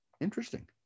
interesting